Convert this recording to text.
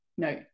No